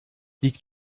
liegt